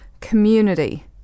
Community